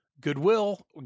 goodwill